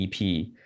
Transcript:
ep